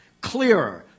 clearer